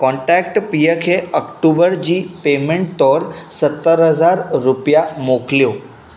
contact पीउ खे October जी पेमैंट तौरु सतरि हज़ार रुपिया मोकिलियो